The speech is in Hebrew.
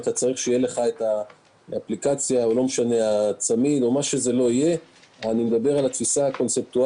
אתה צריך שיהיה לך צמיד או אפליקציה אני מדבר על התפיסה הקונספטואלית.